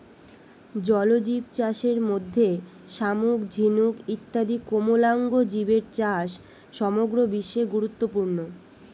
জলজীবচাষের মধ্যে শামুক, ঝিনুক ইত্যাদি কোমলাঙ্গ জীবের চাষ সমগ্র বিশ্বে গুরুত্বপূর্ণ